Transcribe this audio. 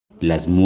las